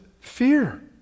fear